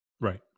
Right